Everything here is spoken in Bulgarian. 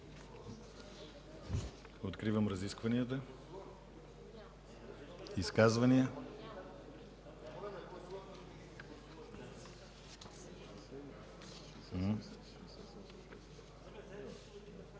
Откривам разискванията. Изказвания?